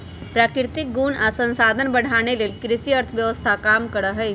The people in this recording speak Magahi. प्राकृतिक गुण आ संसाधन बढ़ाने लेल कृषि अर्थव्यवस्था काम करहइ